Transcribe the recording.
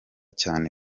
cyane